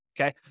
okay